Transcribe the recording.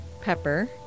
pepper